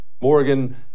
Morgan